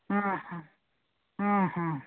ಹ್ಞೂ ಹಾಂ ಹ್ಞೂ ಹಾಂ